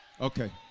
Okay